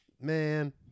man